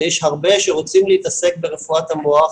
ויש הרבה שרוצים להתעסק ברפואת המוח,